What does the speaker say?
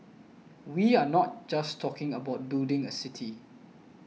we are not just talking about building a city